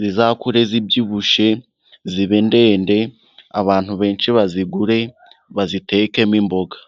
zizakure zibyibushye zibe ndende, abantu benshi bazigure bazitekemo imboga.